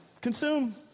consume